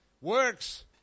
Works